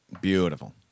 Beautiful